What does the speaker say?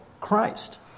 Christ